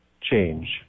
change